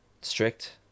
strict